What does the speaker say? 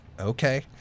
okay